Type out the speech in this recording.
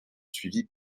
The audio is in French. suivi